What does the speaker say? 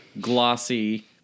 glossy